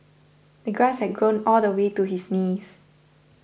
the grass had grown all the way to his knees